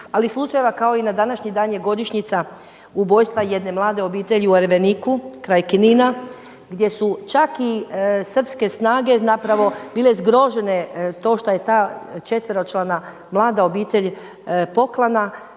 i slučajeva na današnji dan je godišnjica ubojstva jedne mlade obitelji u Erveniku kraj Knina, gdje su čak i srpske snage zapravo bile zgrožene to što je ta četveročlana mlada obitelj poklana.